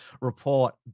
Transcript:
report